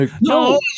No